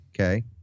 okay